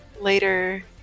later